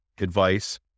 advice